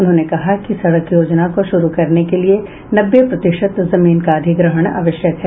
उन्होंने कहा कि सड़क योजना को शुरू करने के लिये नब्बे प्रतिशत जमीन का अधिग्रहण आवश्यक है